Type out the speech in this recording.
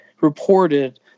reported